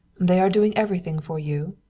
they are doing everything for you?